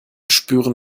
spüren